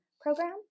program